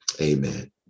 amen